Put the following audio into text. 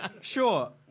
Sure